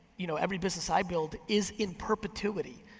you know every business i build is in perpetuity.